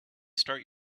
start